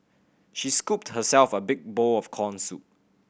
she scooped herself a big bowl of corn soup